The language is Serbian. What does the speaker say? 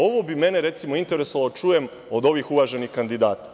Ovo bi mene recimo, interesovalo da čujem od ovih uvaženih kandidata.